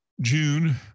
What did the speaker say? June